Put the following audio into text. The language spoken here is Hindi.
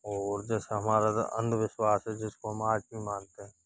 ओर जैसा हमारा अंधविश्वास है जिसको हम आज भी मानते हैं